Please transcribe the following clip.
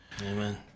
Amen